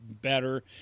better